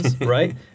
right